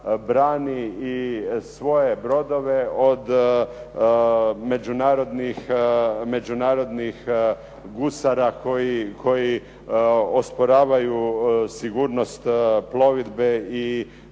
brani svoje brodove od međunarodnih gusara koji osporavaju sigurnost plovidbe i